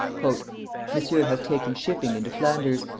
monsieur hath taken shipping into flanders.